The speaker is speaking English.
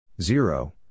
Zero